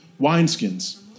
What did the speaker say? wineskins